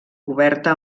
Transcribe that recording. coberta